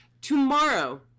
tomorrow